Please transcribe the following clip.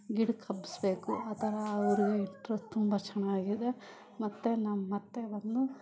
ಗಿಡಕ್ಕೆ ಹಬ್ಬಿಸ್ಬೇಕು ಆ ಥರ ಅವ್ರಿಗೆ ಇಂಟ್ರೆಸ್ಟ್ ತುಂಬ ಚೆನ್ನಾಗಿದೆ ಮತ್ತು ನಮ್ಮತ್ತೆ ಬಂದು